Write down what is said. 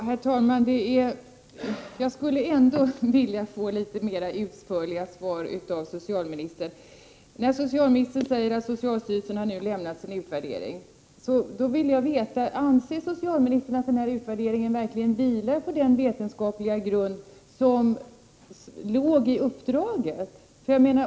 Herr talman! Jag skulle ändå vilja få litet mer utförliga svar av socialministern. Hon säger att socialstyrelsen har lämnat en utvärdering, och då vill jag veta om socialministern anser att utvärderingen verkligen vilar på vetenskaplig grund, som förutsattes i uppdraget.